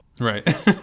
Right